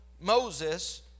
Moses